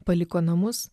paliko namus